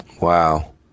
Wow